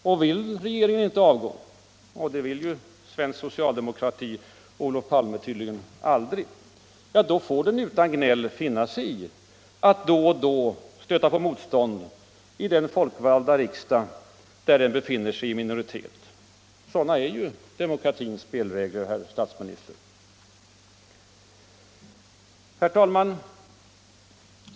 Och vill regeringen inte avgå — det vill svensk socialdemokrati och Olof Palme tydligen aldrig — då får den utan gnäll finna sig i att då och då stöta på motstånd av den folkvalda riksdag där den befinner sig i minoritet. Sådana är ju demokratins spelregler, herr statsminister. Herr talman!